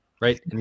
right